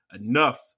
enough